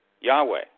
Yahweh